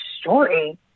story